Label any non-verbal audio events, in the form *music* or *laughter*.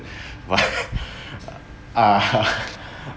what *laughs* uh *laughs*